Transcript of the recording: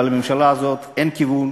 אבל לממשלה הזאת אין כיוון,